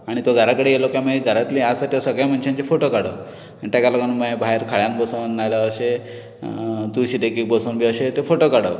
आनी तो घरा कडेन येयलो का मागीर घरांतलीं आसा त्या सगळ्या मनशांचे फोटो काडप ताटाका लागून मागीर भायर खळ्यान बसोन नाल्या अशे तुळशी देगेक बसोन बी अशे ते फोटो काडप